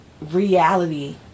reality